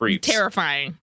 Terrifying